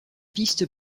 piste